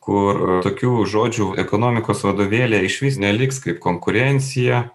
kur tokių žodžių ekonomikos vadovėlyje išvis neliks kaip konkurencija